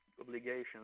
obligations